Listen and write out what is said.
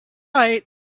right